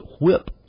whip